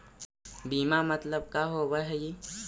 बीमा मतलब का होव हइ?